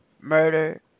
murder